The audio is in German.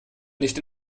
nicht